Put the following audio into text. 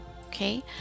Okay